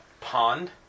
pond